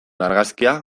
argazkia